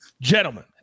gentlemen